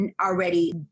already